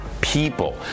people